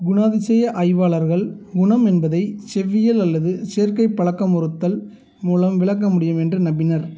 குணாதிசய ஆய்வாளர்கள் குணம் என்பதை செவ்வியல் அல்லது சேர்க்கைப் பழக்கமுறுத்தல் மூலம் விளக்க முடியும் என்று நம்பினர்